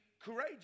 courageous